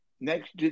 Next